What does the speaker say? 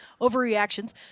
overreactions